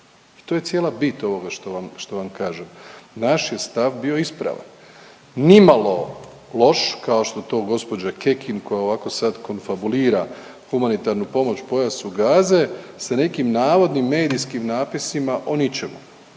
i to je cijela bit ovoga što vam kažem. Naš je stav bio ispravan, nimalo loš kao što to gospođa Kekin koja ovako sad konfabulira humanitarnu pomoć pojasu Gaze sa nekim navodnim medijskim napisima o ničemu.